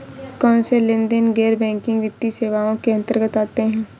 कौनसे लेनदेन गैर बैंकिंग वित्तीय सेवाओं के अंतर्गत आते हैं?